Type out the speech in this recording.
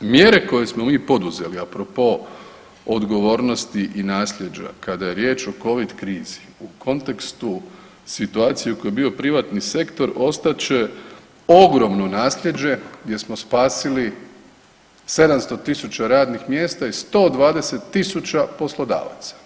Mjere koje smo mi poduzeli a propos odgovornosti i naslijeđa kada je riječ o covid krizi u kontekstu situacije u kojoj je bio privatni sektor ostat će ogromno naslijeđe gdje smo spasili 700 000 radnih mjesta i 120 000 poslodavaca.